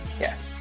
yes